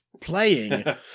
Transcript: playing